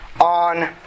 on